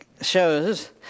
shows